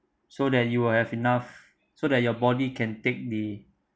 so that you will have enough so that your body can take the